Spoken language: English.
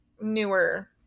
newer